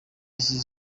izi